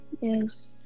Yes